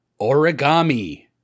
Origami